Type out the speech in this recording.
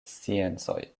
sciencoj